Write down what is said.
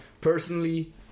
Personally